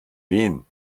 wen